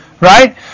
Right